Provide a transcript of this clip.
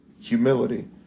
humility